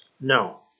No